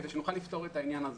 כדי שנוכל לפתור את העניין הזה.